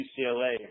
UCLA